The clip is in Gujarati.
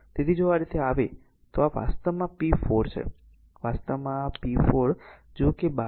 તેથી જો આ તરફ આવે તો તે r છે આ વાસ્તવમાં આ p 4 છે